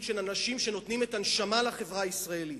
של אנשים שנותנים את הנשמה לחברה הישראלית.